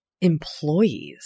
employees